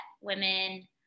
women